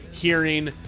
hearing